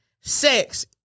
sex